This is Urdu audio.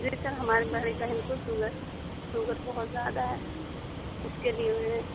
جی سر ہماری بڑی بہن کو سوگر سوگر بہت زیادہ ہے اِس کے لیے میں نے